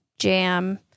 jam